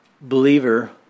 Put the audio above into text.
believer